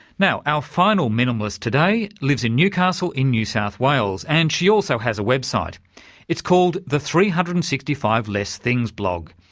now our final minimalist today lives in newcastle in new south wales and she also has a website it's called the three hundred and sixty five less things blog,